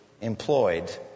employed